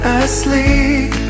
asleep